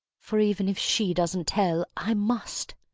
for even if she doesn't tell, i must.